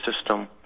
system